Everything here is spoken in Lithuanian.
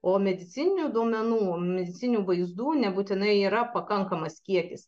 o medicininių duomenų medicininių vaizdų nebūtinai yra pakankamas kiekis